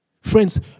Friends